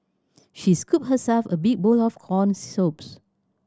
she scooped herself a big bowl of corn soups